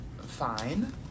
fine